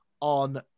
on